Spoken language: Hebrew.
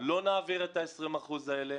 לא נעביר את ה-20% האלה.